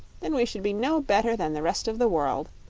then we should be no better than the rest of the world,